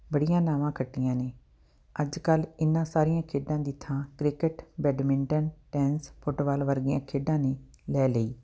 ਬੜੀਆਂ ਨਾਵਾਂ ਖੱਟੀਆਂ ਨੇ ਅੱਜ ਕੱਲ੍ਹ ਇਹਨਾਂ ਸਾਰੀਆਂ ਖੇਡਾਂ ਦੀ ਥਾਂ ਕ੍ਰਿਕਟ ਬੈਡਮਿੰਟਨ ਟੈਂਨਿਸ ਫੁੱਟਬਾਲ ਵਰਗੀਆਂ ਖੇਡਾਂ ਨੇ ਲੈ ਲਈ